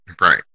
Right